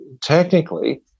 technically